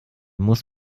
muss